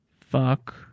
Fuck